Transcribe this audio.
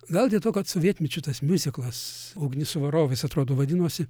gal dėl to kad sovietmečiu tas miuziklas ugnies su varovais atrodo vadinosi